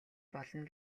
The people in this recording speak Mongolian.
болно